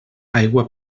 aigua